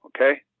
okay